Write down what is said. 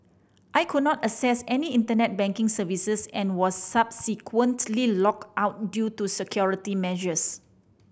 I could not access any Internet banking services and was subsequently locked out due to security measures